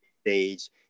stage